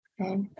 Okay